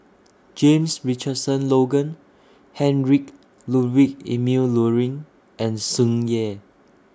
James Richardson Logan Heinrich Ludwig Emil Luering and Tsung Yeh